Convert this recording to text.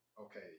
okay